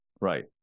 right